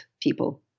people